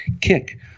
kick